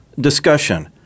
discussion